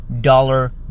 dollar